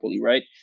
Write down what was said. right